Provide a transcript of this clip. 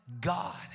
God